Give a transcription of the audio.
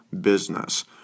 business